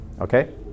Okay